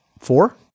Four